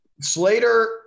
Slater